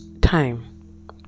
Time